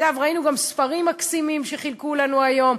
אגב, ראינו גם ספרים מקסימים, שחילקו לנו היום.